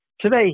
today